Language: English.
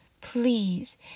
Please